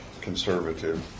conservative